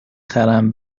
خرم